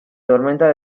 tormenta